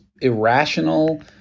irrational